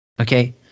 Okay